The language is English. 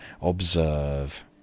OBSERVE